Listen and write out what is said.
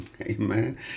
Amen